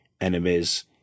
enemies